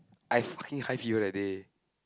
I fucking high fever that day